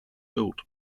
built